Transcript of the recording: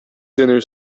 dinner